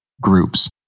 groups